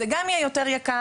זה גם יהיה יותר יקר,